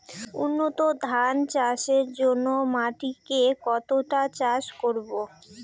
উন্নত ধান চাষের জন্য মাটিকে কতটা চাষ করব?